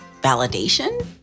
validation